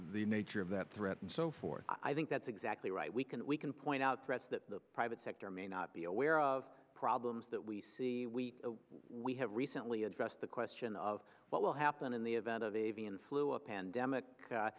the nature of that threat and so forth i think that's exactly right we can we can point out threats that the private sector may not be aware of problems that we see we we have recently addressed the question of what will happen in the event of a v and flu a pandemic